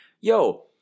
yo